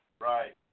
Right